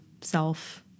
self